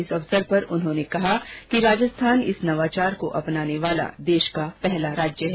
इस अवसर पर उन्होंने कहा कि राजस्थान इस नवाचार को अपनाने वाला देश का पहला राज्य है